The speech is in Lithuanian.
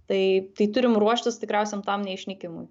tai tai turim ruoštis tikriausiai tam ne išnykimui